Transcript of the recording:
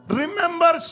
remember